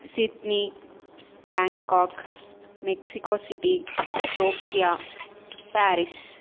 Sydney Bangkok Mexico city Tokyo Paris